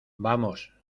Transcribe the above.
vamos